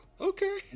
Okay